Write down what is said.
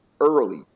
early